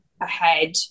ahead